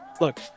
Look